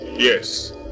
Yes